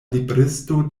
libristo